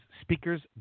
speakers